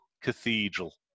Cathedral